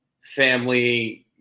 family